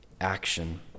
action